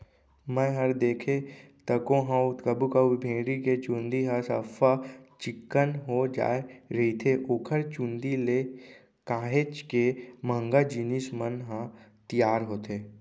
मैंहर देखें तको हंव कभू कभू भेड़ी के चंूदी ह सफ्फा चिक्कन हो जाय रहिथे ओखर चुंदी ले काहेच के महंगा जिनिस मन ह तियार होथे